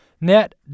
Net